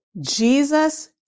Jesus